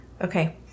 Okay